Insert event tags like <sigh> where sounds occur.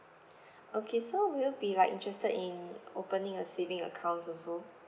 <breath> okay so will you be like interested in opening a saving account also